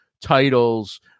titles